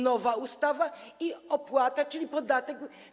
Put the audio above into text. Nowa ustawa i opłata, czyli podatek.